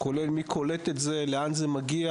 כולל מי קולט את זה, לאן זה מגיע.